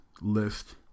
list